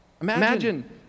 Imagine